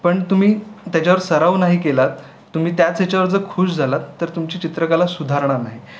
पण तुम्ही त्याच्यावर सराव नाही केलात तुम्ही त्याच याच्यावर जर खुश झालात तर तुमची चित्रकला सुधारणार नाही